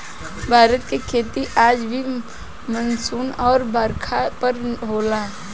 भारत के खेती आज भी मानसून आ बरखा पर होला